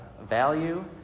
value